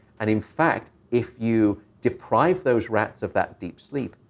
and, in fact, if you deprive those rats of that deep sleep,